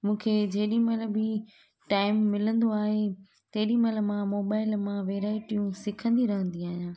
मूंखे जेॾी महिल बि टाइम मिलंदो आहे तेॾी महिल मां मोबाइल मां वैरायिटियूं सिखंदी रहंदी आहियां